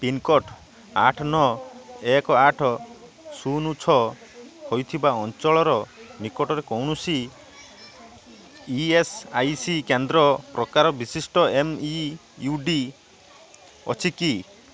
pincode ଆଠ ନଅ ଏକ ଆଠ ଶୂନ ଛଅ ହୋଇଥିବା ଅଞ୍ଚଳର ନିକଟରେ କୌଣସି ଇ ଏସ୍ ଆଇ ସି କେନ୍ଦ୍ର ପ୍ରକାର ବିଶିଷ୍ଟ ଏମ୍ ଇ ୟୁ ଡ଼ି ଅଛି କି